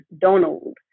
Donald